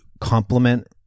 complement